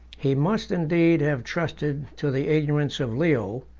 he must indeed have trusted to the ignorance of leo,